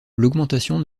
l’augmentation